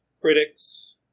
critics